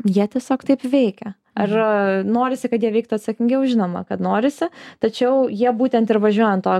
jie tiesiog taip veikia ar norisi kad jie veiktų atsakingiau žinoma kad norisi tačiau jie būtent ir važiuoja ant to